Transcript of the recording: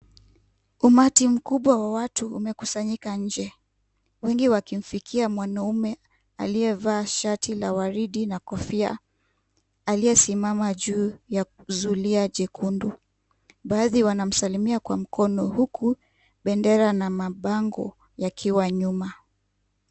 Umati mkubwa wa watu umekusanyika nje. Wengi wakimfikia mwanaume aliyevaa shati la waridi, na kofia, aliyesimama juu ya zulia jekundu . Badhi wanamsalimia kwa mkono huku bendera na mabango yakiwa nyuma.